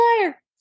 liar